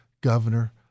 governor